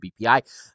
BPI